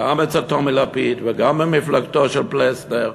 גם אצל טומי לפיד וגם במפלגתו של פלסנר,